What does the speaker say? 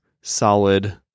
solid